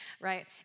right